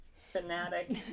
fanatic